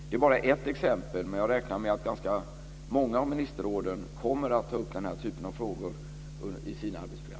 Det är bara ett exempel men jag räknar med att ganska många av ministerråden kommer att ta upp den här typen av frågor i sina arbetsprogram.